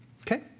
Okay